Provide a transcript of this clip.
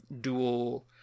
dual